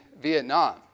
Vietnam